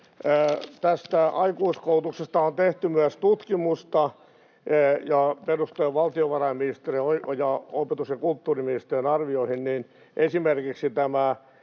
tästä aikuiskoulutuksesta on tehty myös tutkimusta, ja perustuen valtiovarainministeriön ja opetus- ja kulttuuriministeriön arvioihin